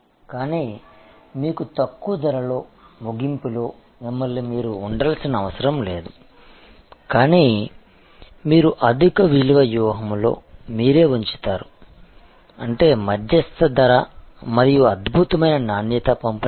కానీ మీకు తక్కువ ధర ముగింపులో మిమ్మల్ని మీరు ఉండాల్సిన అవసరం లేదు కానీ మీరు అధిక విలువ వ్యూహంలో మీరే ఉంచుతారు అంటే మధ్యస్థ ధర మరియు అద్భుతమైన నాణ్యత పంపిణీ